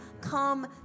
come